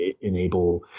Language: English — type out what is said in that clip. enable